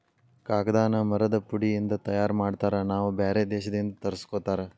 ಕಾಗದಾನ ಮರದ ಪುಡಿ ಇಂದ ತಯಾರ ಮಾಡ್ತಾರ ನಾವ ಬ್ಯಾರೆ ದೇಶದಿಂದ ತರಸ್ಕೊತಾರ